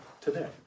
Today